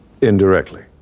Indirectly